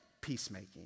peacemaking